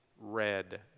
red